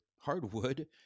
hardwood